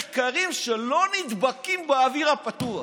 מחקרים שלא נדבקים באוויר הפתוח.